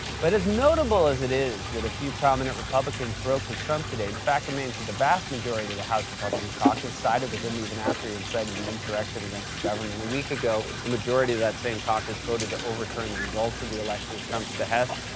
but as notable as it is that a few prominent republicans broke with trump today, the fact remains that the vast majority of the house republican caucus sided with him even after he incited and insurrection against the government a week ago. a majority of that same caucus voted to overturn the results of the election at trump's behest,